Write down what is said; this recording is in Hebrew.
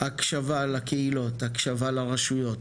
הקשבה לקהילות, הקשבה לרשויות,